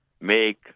make